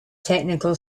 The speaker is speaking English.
technical